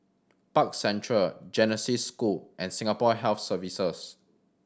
Park Central Genesis School and Singapore Health Services